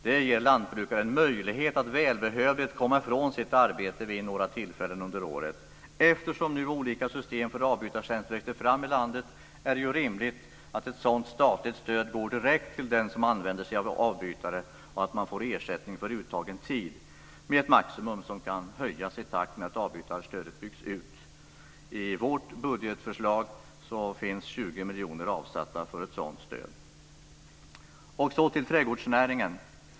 Det ger lantbrukaren möjlighet att välbehövligt komma ifrån sitt arbete vid några tillfällen under året. Eftersom olika system för avbytartjänst nu växer fram i landet är det rimligt att ett sådant statligt stöd går direkt till den som använder sig av avbytare och att man får ersättning för uttagen tid med ett maximum som kan höjas i takt med att avbytarstödet byggs ut. I vårt budgetförslag finns 20 miljoner avsatta för ett sådant stöd. Till trädgårdsnäringen.